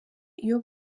iyo